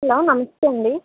hello నమస్తే అండి